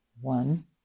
One